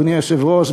אדוני היושב-ראש,